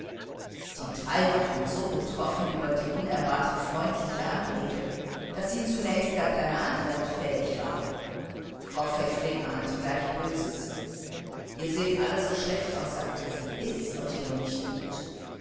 die drei waren so betroffen über die unerwartet freundliche anrede daß sie zunächst gar keiner antwort fähig waren frau pfäffling ahnte gleich böses ihr seht alle so schlecht aus sagte sie ist's euch nicht gut